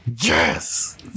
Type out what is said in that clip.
yes